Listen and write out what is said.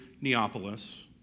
Neapolis